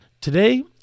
Today